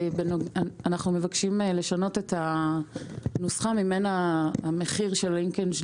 אנחנו מבקשים לשנות את הנוסחה שממנה נגזר המחיר של הלינקג'.